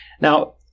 Now